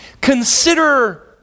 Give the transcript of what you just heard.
consider